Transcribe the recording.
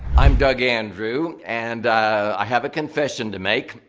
i'm doug andrew and i have a confession to make.